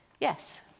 yes